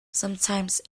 sometimes